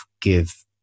give